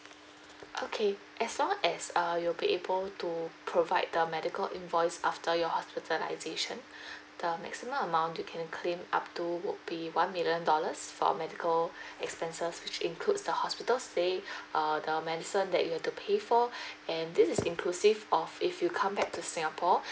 okay as long as uh you will be able to provide the medical invoice after your hospitalisation the maximum amount you can claim up to would be one million dollars for medical expenses which includes the hospital stay err the medicine that you have to pay for and this is inclusive of if you come back to singapore